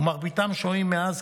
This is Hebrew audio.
ומרביתם שוהים מאז,